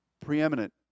preeminent